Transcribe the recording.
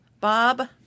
Bob